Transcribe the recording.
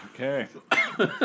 Okay